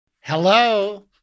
Hello